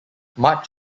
much